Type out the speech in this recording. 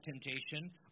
temptation